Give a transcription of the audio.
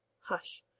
Hush